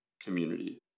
Community